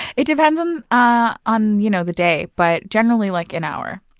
it depends um ah on you know the day, but generally, like an hour.